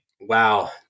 wow